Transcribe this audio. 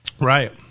Right